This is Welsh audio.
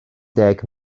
deg